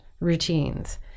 routines